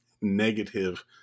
negative